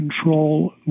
control